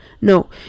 No